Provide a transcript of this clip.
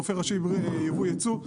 רופא ראשי ייבוא ייצוא,